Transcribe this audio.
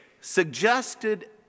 suggested